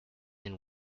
and